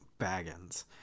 Baggins